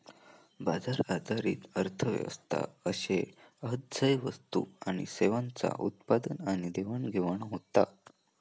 बाजार आधारित अर्थ व्यवस्था अशे हत झय वस्तू आणि सेवांचा उत्पादन आणि देवाणघेवाण होता